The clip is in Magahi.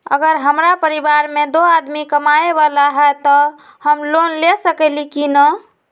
अगर हमरा परिवार में दो आदमी कमाये वाला है त हम लोन ले सकेली की न?